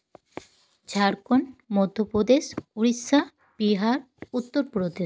Jharkhand Madhya Pradesh Odisha Bihar Uttar Pradesh